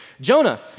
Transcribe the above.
Jonah